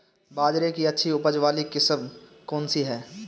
बाजरे की अच्छी उपज वाली किस्म कौनसी है?